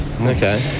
Okay